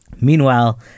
Meanwhile